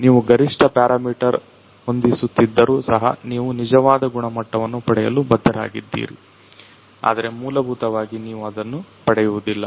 ನೀವು ಗರಿಷ್ಠ ಪ್ಯಾರಮೀಟರ್ ಹೊಂದಿಸುತ್ತಿದ್ದರೂ ಸಹ ನೀವು ನಿಜವಾದ ಗುಣಮಟ್ಟವನ್ನು ಪಡೆಯಲು ಬದ್ಧರಾಗಿರದ್ದರು ಆದರೆ ಮೂಲಭೂತವಾಗಿ ನೀವು ಅದನ್ನು ಪಡೆಯುವುದಿಲ್ಲ